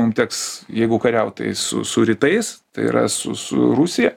mum teks jeigu kariaut tai su su rytais tai yra su su rusija